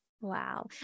Wow